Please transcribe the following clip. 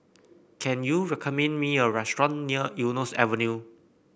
can you recommend me a restaurant near Eunos Avenue